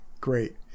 Great